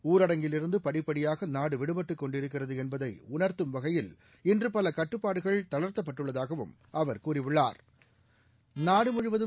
ஊரடங்கிலிருந்து படிப்படியாக நாடு விடுபட்டுக் கொண்டிருக்கிறது என்பதை உணர்த்தும் வகையில் இன்று பல கட்டுப்பாடுகள் தளா்த்தப்பட்டுள்ளதாகவும் அவா் கூறியுள்ளாா்